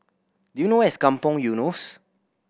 do you know where is Kampong Eunos